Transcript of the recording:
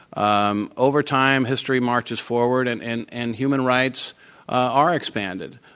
um over time history marches forward and and and human rights are expanded.